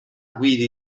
guidi